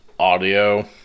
audio